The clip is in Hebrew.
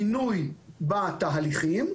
שינוי בתהליכים,